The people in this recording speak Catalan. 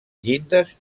llindes